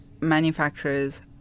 manufacturers